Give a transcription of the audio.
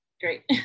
great